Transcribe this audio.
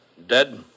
Dead